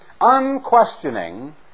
unquestioning